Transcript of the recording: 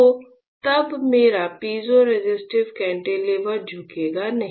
तो तब मेरा पीज़ोरेसिस्टिव कैंटिलीवर झुकेगा नहीं